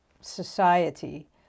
society